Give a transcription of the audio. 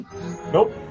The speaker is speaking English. Nope